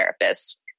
therapist